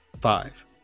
Five